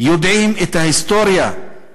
יודעים את ההיסטוריה של הצעת החוק הזאת